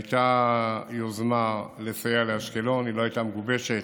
הייתה יוזמה לסייע לאשקלון, היא לא הייתה מגובשת.